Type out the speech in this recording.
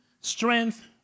strength